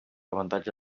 avantatge